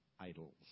idols